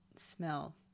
smell